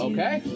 Okay